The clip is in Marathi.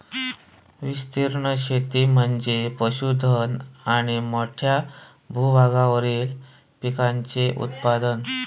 विस्तीर्ण शेती म्हणजे पशुधन आणि मोठ्या भूभागावरील पिकांचे उत्पादन